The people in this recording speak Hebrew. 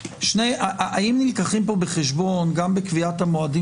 האם נלקחים פה בחשבון גם בקביעת המועדים